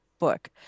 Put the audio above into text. Book